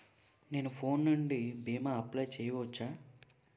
నేను ఫోన్ నుండి భీమా అప్లయ్ చేయవచ్చా?